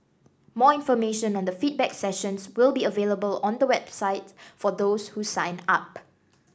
more information on the feedback sessions will be available on the website for those who sign up